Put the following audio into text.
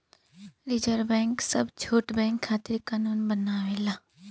reserve bank सब छोट bank खातिर कानून बनावेला